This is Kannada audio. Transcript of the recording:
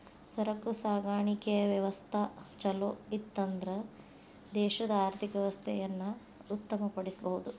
ಸರಕು ಸಾಗಾಣಿಕೆಯ ವ್ಯವಸ್ಥಾ ಛಲೋಇತ್ತನ್ದ್ರ ದೇಶದ ಆರ್ಥಿಕ ವ್ಯವಸ್ಥೆಯನ್ನ ಉತ್ತಮ ಪಡಿಸಬಹುದು